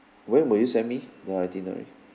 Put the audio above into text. when will you send me the itinerary